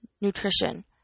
nutrition